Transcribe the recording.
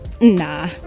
Nah